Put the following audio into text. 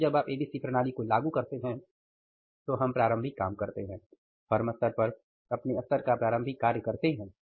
चुकी जब आप एबीसी प्रणाली को लागू करते हैं तो हम प्रारंभिक काम करते हैं फर्म स्तर पर अपने स्तर का प्रारंभिक कार्य करते हैं